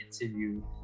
interview